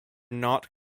not